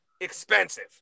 expensive